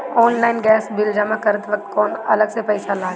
Online gas bill जमा करत वक्त कौने अलग से पईसा लागी?